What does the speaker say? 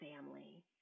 family